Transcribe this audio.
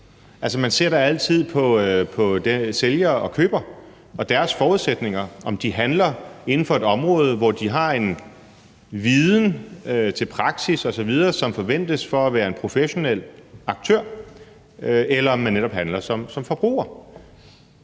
Man ser da altid på sælger og køber og deres forudsætninger, altså på, om de handler inden for et område, hvor de har en viden om praksis osv., som forventes for at være en professionel aktør, eller om man netop handler som forbruger.